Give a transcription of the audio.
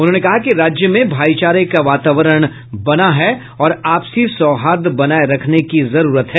उन्होंने कहा कि राज्य में भाईचारा का वातावरण है और आपसी सौहार्द बनाये रखने की जरूरत है